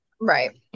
right